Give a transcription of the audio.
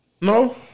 No